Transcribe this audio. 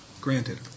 Granted